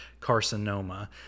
carcinoma